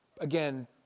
again